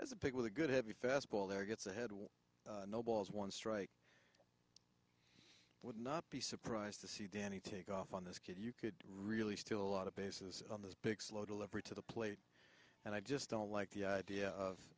as a pick with a good heavy fastball there gets ahead no balls one strike would not be surprised to see danny take off on this kid you could really still a lot of bases on this big slow delivery to the plate and i just don't like the idea of